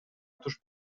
туш